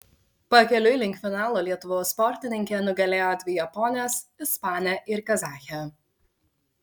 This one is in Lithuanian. pakeliui link finalo lietuvos sportininkė nugalėjo dvi japones ispanę ir kazachę